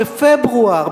בפברואר,